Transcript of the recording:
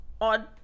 on